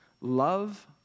Love